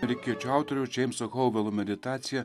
amerikiečių autoriaus džeimso holbalo meditacija